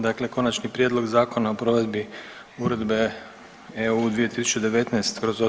Dakle, Konačni prijedlog Zakona o provedbi Uredbe EU 2019/